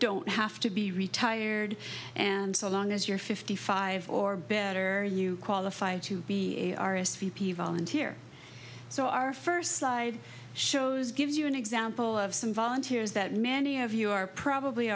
don't have to be retired and so long as you're fifty five or better you qualify to be a volunteer so our first side shows gives you an example of some volunteers that many of you are probably